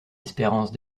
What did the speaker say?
espérance